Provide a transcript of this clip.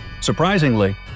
Surprisingly